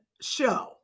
show